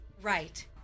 right